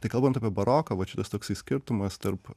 tai kalbant apie baroką va čia tas toksai skirtumas tarp